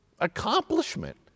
accomplishment